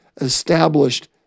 established